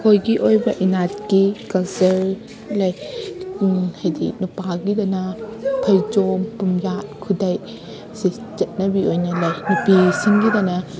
ꯑꯩꯈꯣꯏꯒꯤ ꯑꯣꯏꯕ ꯏꯅꯥꯠꯀꯤ ꯀꯜꯆꯔ ꯂꯩ ꯍꯥꯏꯗꯤ ꯅꯨꯄꯥꯒꯤꯗꯅ ꯐꯩꯖꯣꯝ ꯄꯨꯝꯌꯥꯠ ꯈꯨꯗꯩ ꯁꯤ ꯆꯠꯅꯕꯤ ꯑꯣꯏꯅ ꯂꯩ ꯅꯨꯄꯤꯁꯤꯡꯒꯤꯗꯅ